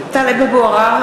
(קוראת בשמות חברי הכנסת) טלב אבו עראר,